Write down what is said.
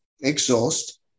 exhaust